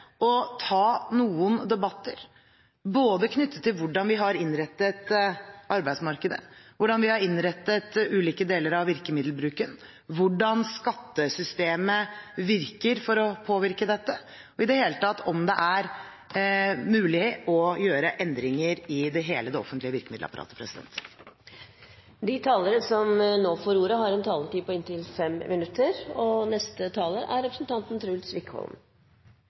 å ta noen debatter knyttet til både hvordan vi har innrettet arbeidsmarkedet, hvordan vi har innrettet ulike deler av virkemiddelbruken, hvordan skattesystemet virker for å påvirke dette, og om det i det hele tatt er mulig å gjøre endringer i hele det offentlige virkemiddelapparatet. Finansminister Jensen sa at det påhviler oss alle å ta et ansvar for norsk økonomi. Og det å være medlem i en fagforening eller hovedsammenslutning, sånn som LO, er